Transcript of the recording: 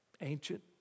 ancient